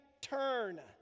turn